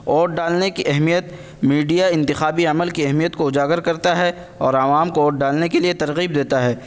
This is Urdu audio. ووٹ ڈالنے کی اہمیت میڈیا انتخابی عمل کی اہمیت کو اجاگر کرتا ہے اور عوام کو ووٹ ڈالنے کے لیے ترغیب دیتا ہے